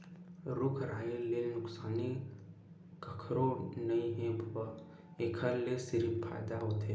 रूख राई ले नुकसानी कखरो नइ हे बबा, एखर ले सिरिफ फायदा होथे